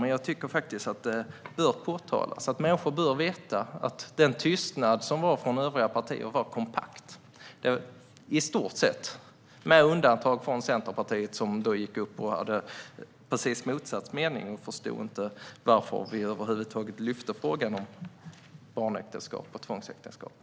Men jag tycker att det bör påpekas: Människor bör veta att tystnaden från övriga partier i stort sett var kompakt, med undantag för Centerpartiet, som hade precis motsatt mening och inte förstod varför vi över huvud taget lyfte frågan om barn och tvångsäktenskap.